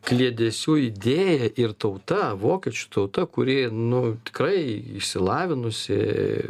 kliedesių idėją ir tauta vokiečių tauta kuri nu tikrai išsilavinusi